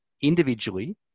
individually